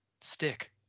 Stick